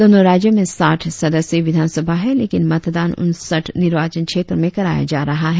दोनों राज्यों में साठ सदस्यीय विधानसभा है लेकिन मतदान उनसठ निर्वाचन क्षेत्रों में कराया जा रहा है